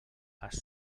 has